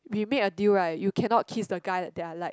we made a deal right you cannot kiss the guy that that I like